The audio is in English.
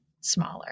smaller